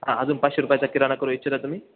हा अजून पाचशे रुपयाचा किराणा करू इच्छिता तुम्ही